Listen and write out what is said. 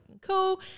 cool